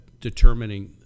determining